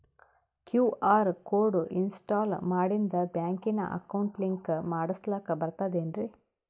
QR code install ಮಾಡಿಂದ ಬ್ಯಾಂಕಿನ account link ಮಾಡಸ್ಲಾಕ ಬರ್ತದೇನ್ರಿ